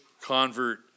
convert